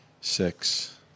six